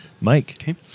Mike